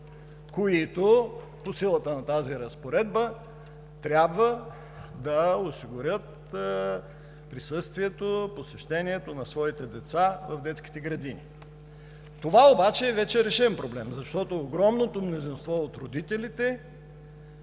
които по силата на тази разпоредба трябва да осигурят присъствието, посещението на своите деца в детските градини. Това обаче е вече решен проблем, защото огромното мнозинство от родителите,